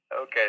Okay